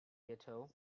ghetto